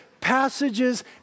passages